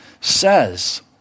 says